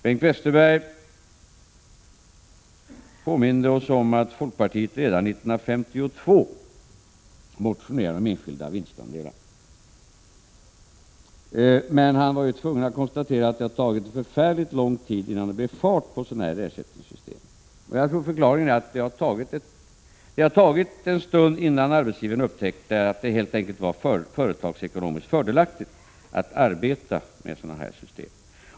Bengt Westerberg påminde oss om att folkpartiet redan 1952 motionerade om enskilda vinstandelar, men han var tvungen att konstatera att det har tagit förfärligt lång tid innan det blivit någon fart på sådana ersättningssystem. Jag tror att förklaringen är den att det har tagit ett tag innan arbetsgivarna upptäckt att det helt enkelt är företagsekonomiskt fördelaktigt att arbeta med sådana system.